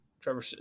Trevor –